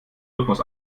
rhythmus